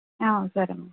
సరే అమ్మా